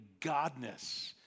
godness